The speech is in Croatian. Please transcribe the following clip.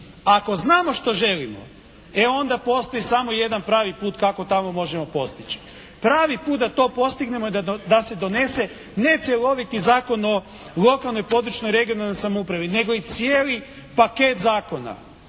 ako znamo što želimo, e onda postoji samo jedan pravi put kako tamo možemo postići. Pravi put da to postignemo i da se donese ne cjeloviti Zakon o lokalnoj i područnoj (regionalnoj) samoupravi, nego i cijeli paket zakona.